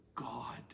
God